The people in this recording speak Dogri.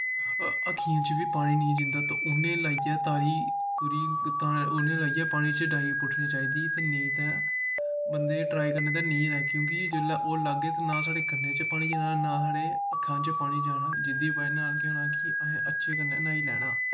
अक्खियैं च बी पानी नी जंदा त् ओह् उ'नेंगी लाईयै तारी पूरी उ'नेंगी लाईयै पैनी च डाइव पुट्टनी चाही दी नेंई ते बंदे दा ट्राई करनें दा नेंई रै कि जे जिसलै ओह् ला्गे ते नां साढ़े कन्नैं च पानी जानां ते नां साढ़े अक्खां च पानी जानां जेह्दी बजह् नाल केह् होनां कि असैं अच्छे कन्नैं न्हाई लैना